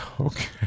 Okay